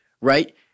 right